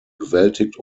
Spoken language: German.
bewältigt